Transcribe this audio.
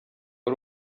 ari